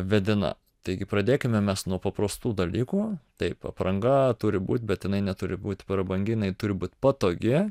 vėdina taigi pradėkime mes nuo paprastų dalykų taip apranga turi būt bet jinai neturi būt prabangi jinai turi būt patogi